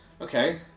Okay